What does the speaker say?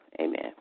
Amen